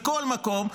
מכל מקום,